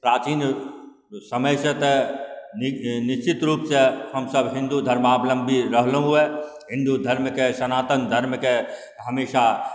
प्राचीन समयसँ तऽ निश्चित रूपसँ हमसब हिन्दू धर्मावलम्बी रहलहुँए हिन्दू धर्मके सनातन धर्मके हमेशा